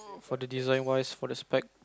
for the design wise for the spec